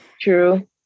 True